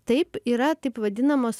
taip yra taip vadinamos